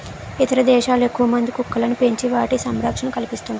ఇతర దేశాల్లో ఎక్కువమంది కుక్కలను పెంచి వాటికి సంరక్షణ కల్పిస్తుంటారు